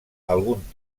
algun